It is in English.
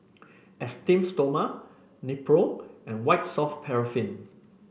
Esteem Stoma Nepro and White Soft Paraffin